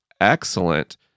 excellent